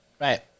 Right